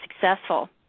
successful